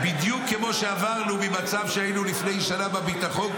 בדיוק כמו שעברנו מן המצב שבו היינו לפני שנה בביטחון,